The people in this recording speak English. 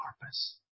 purpose